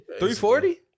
340